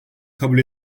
kabul